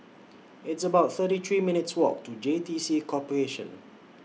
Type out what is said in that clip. It's about thirty three minutes' Walk to J T C Corporation